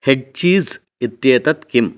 head cheese इत्येतत् किम्